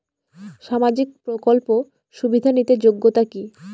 সামাজিক প্রকল্প সুবিধা নিতে যোগ্যতা কি?